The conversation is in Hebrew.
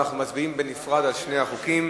אנחנו נצביע בנפרד על שתי הצעות החוק: